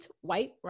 white